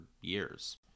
years